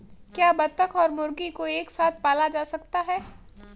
क्या बत्तख और मुर्गी को एक साथ पाला जा सकता है?